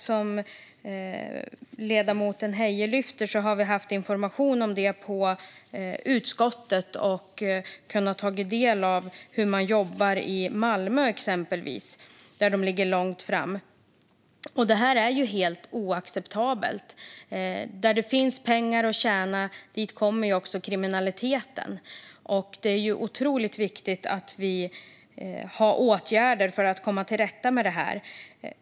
Som ledamoten Heie lyfte fram har vi fått information om detta i utskottet och har kunnat ta del av hur man jobbar i exempelvis Malmö, där de ligger långt framme. Livsmedelsfusk är helt oacceptabelt. Där det finns pengar att tjäna, dit kommer också kriminaliteten. Det är otroligt viktigt att vi har åtgärder för att komma till rätta med detta.